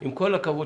עם כל הכבוד,